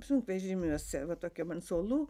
sunkvežimiuose va tokiam ant suolų